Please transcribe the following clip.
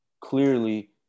clearly